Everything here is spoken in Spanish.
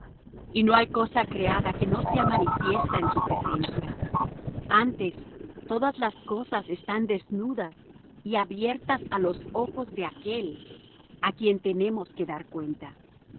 y no hay cosa criada que no sea manifiesta en su presencia antes todas las cosas están desnudas y abiertas á los ojos de aquel á quien tenemos que dar cuenta